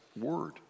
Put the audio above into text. Word